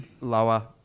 lower